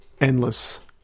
endless